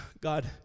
God